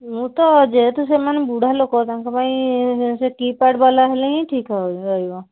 ମୁଁ ତ ଯେହେତୁ ସେମାନେ ବୁଢ଼ା ଲୋକ ତାଙ୍କ ସେ କୀ ପ୍ୟାଡ଼୍ ବାଲା ହେଲେ ହିଁ ଠିକ୍ ରହିବ